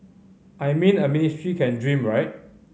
I mean a ministry can dream right